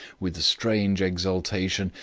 with a strange exultation,